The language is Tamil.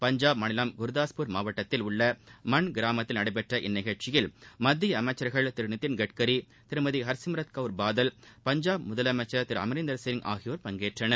பஞ்சாப் மாநிலம் குர்தாஸ்பூர் மாவட்டத்தில் உள்ள மான் கிராமத்தில் நடைபெற்ற இந்நிகழ்ச்சியில் மத்திய அமைச்சர்கள் திரு நிதின் கட்கரி திருமதி ஹர்சிம்ரத் கவுர் பாதல் பஞ்சாப் முதலமைச்சர் திரு அமர்ந்தர் சிங் ஆகியோர் பங்கேற்றனர்